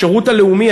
השירות הלאומי,